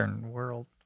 world